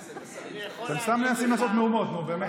אתם סתם מנסים לעשות מהומות, נו, באמת.